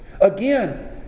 Again